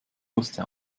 musste